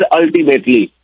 ultimately